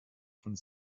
von